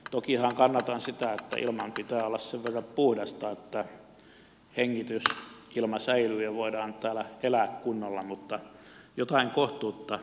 tokihan kannatan sitä että ilman pitää olla sen verran puhdasta että hengitysilma säilyy ja voidaan täällä elää kunnolla mutta jotain kohtuutta